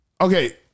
okay